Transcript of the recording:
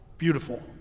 beautiful